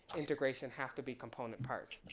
integration have to be component parts.